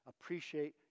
Appreciate